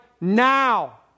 now